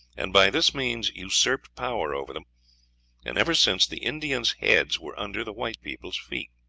and by this means usurped power over them and ever since the indians' heads were under the white people's feet.